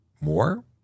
more